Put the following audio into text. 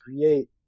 create